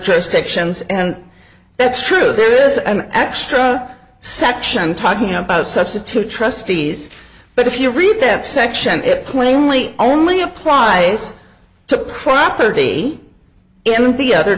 jurisdictions and that's true there is an extra section talking about substitute trustees but if you read that section it plainly only applies to property in the other